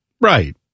Right